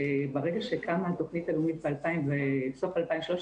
שברגע שקמה התוכנית הלאומית בסוף 2013,